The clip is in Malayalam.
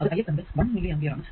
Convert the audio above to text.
അത് Ix എന്നത് 1മില്ലി ആംപിയർ ആണ്